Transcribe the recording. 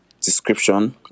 description